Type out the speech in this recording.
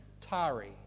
Tari